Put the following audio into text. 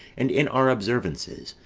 and in our observances,